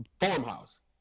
farmhouse